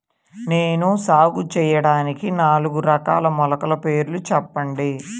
నేను సాగు చేయటానికి నాలుగు రకాల మొలకల పేర్లు చెప్పండి?